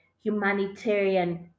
humanitarian